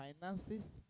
finances